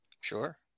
Sure